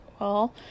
Well